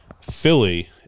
Philly